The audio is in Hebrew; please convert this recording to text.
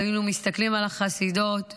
היינו מסתכלים על החסידות ושואלים: